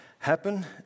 happen